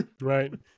right